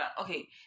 Okay